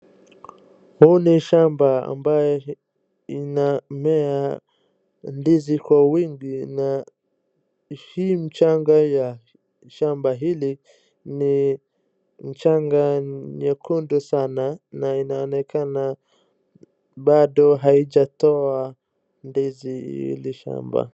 Huu ni shamba ambaye inamea ndizi kwa wingi na hii mchanga ya shamba hili ni mchanga nyekundu sana na inaonekana bado haijatoa ndizi hili shamba.